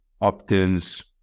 opt-ins